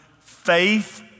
Faith